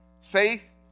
Faith